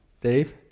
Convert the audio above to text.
Dave